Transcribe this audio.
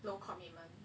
low commitment